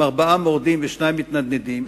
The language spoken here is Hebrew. עם ארבעה מורדים ושניים מתנדנדים,